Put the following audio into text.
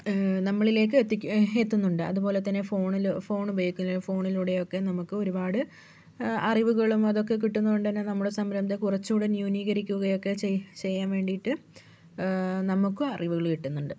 നമ്മളിലേക്ക് എത്തിക്കും എത്തുന്നുണ്ട് അതുപോലെ തന്നെ ഫോണിലോ ഫോൺ ഉപയോഗിക്കില്ലേ ഫോണിലൂടെയൊക്കെ നമുക്ക് ഒരുപാട് അറിവുകളും അതൊക്കെ കിട്ടുന്നതുകൊണ്ട് തന്നെ നമ്മുടെ സംരംഭം കുറച്ചുകൂടി ന്യൂനീകരിക്കുകയൊക്കെ ചെയ്യാൻ വേണ്ടിയിട്ട് നമുക്കും അറിവുകൾ കിട്ടുന്നുണ്ട്